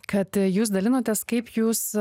kad jūs dalinotės kaip jūs